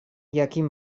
jakin